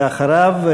ואחריו,